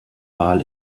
wahl